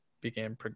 began